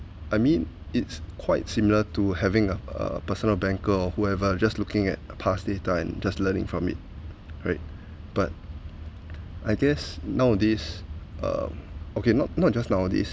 I mean it's quite similar to having a a personal banker or whoever just looking at past data and just learning from it right but I guess nowadays uh okay not not just nowadays